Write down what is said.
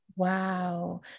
Wow